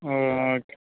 ஓ okay